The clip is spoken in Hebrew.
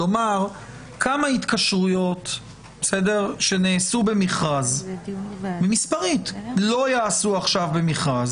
ולומר מספרית כמה התקשרויות שנעשו במכרז לא ייעשו עכשיו במכרז,